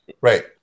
Right